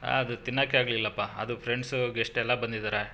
ಅದು ತಿನ್ನಕ್ಕೆ ಆಗಲಿಲ್ಲಪ್ಪ ಅದು ಫ್ರೆಂಡ್ಸು ಗೆಸ್ಟ್ ಎಲ್ಲ ಬಂದಿದಾರೆ